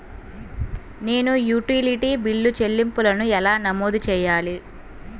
నేను utility bill చెల్లింపులను ఎలా నమోదు చేయాలి?